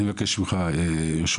אני מבקש ממך יהושע,